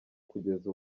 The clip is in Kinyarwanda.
kugeza